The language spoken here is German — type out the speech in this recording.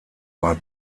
war